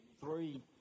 three